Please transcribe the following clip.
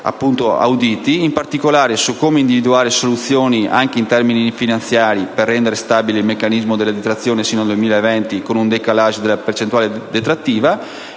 auditi, in particolare su come individuare soluzioni, anche in termini finanziari, per rendere stabile il meccanismo della detrazione fino al 2020 con un *decalage* della percentuale detrattiva,